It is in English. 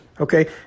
okay